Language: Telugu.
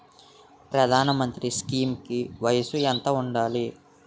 ప్రధాన మంత్రి స్కీమ్స్ కి వయసు ఎంత ఉండాలి?